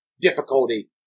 difficulty